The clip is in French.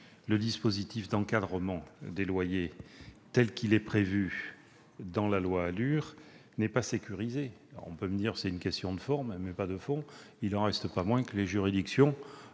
Le dispositif d'encadrement des loyers tel qu'il est prévu dans la loi ALUR n'est pas sécurisé. On me répondra que c'est une question de forme, pas de fond. Il n'en reste pas moins qu'il a été